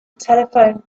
telephone